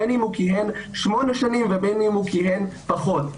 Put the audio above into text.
בין אם הוא כיהן שמונה שנים ובין אם הוא כיהן פחות.